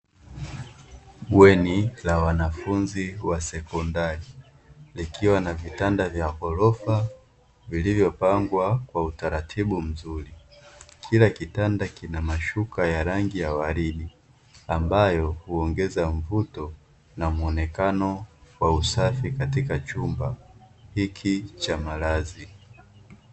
Bweni la wanafunzi wa sekondari, likiwa na vitanda vya gorofa vilivyopangwa kwa utaratibu mzuri, kila kitanda kina mashuka ya rangi ya waridi ambayo huongeza mvuto na muonekano wa usafi katika chumba hiki cha malazi.